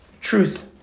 Truth